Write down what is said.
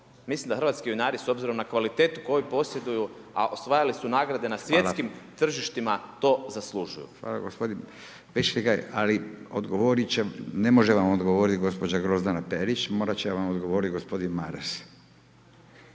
Mislim da hrvatski vinari s obzirom na kvalitetu koju posjeduju, a osvajali su nagrade na svjetskim tržištima to zaslužuju. **Radin, Furio (Nezavisni)** Hvala gospodine Vešligaj, ali odgovor će, ne može vam odgovoriti gospođa Grozdana Perić, morat će vam odgovorit gospodin Maras.